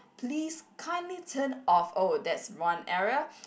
please kindly turn off oh that's one error